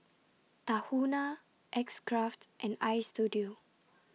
Tahuna X Craft and Istudio